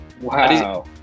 Wow